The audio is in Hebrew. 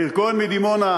מאיר כהן מדימונה,